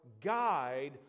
guide